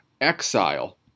exile